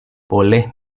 boleh